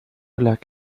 lag